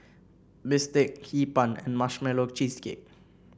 bistake Hee Pan and Marshmallow Cheesecake